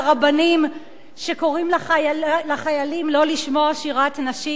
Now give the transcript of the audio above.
רבנים שקוראים לחיילים לא לשמוע שירת נשים,